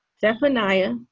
Zephaniah